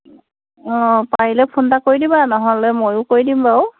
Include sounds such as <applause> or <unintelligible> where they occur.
<unintelligible> অঁ পাৰিলে ফোন এটা কৰি দিবা নহ'লে ময়ো কৰি দিম বাৰু